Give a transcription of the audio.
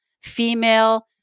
female